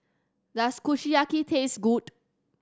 does Kushiyaki taste good